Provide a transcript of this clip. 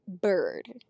bird